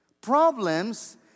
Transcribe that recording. Problems